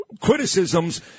criticisms